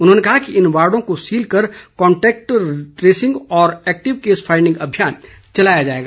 उन्होंने कहा कि इन वार्डो को सील कर कॉन्टैक्ट ट्रेसिंग और एक्टिव केस फाइंडिंग अभियान चलाया जाएगा